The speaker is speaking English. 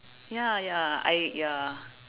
ya ya I ya